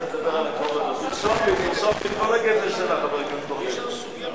אני מציג את הדברים כפי שמסר לי השר נאמן.